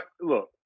look